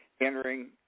entering